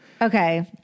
Okay